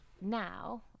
now